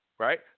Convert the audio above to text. right